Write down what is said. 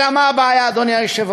אלא מה הבעיה, אדוני היושב-ראש?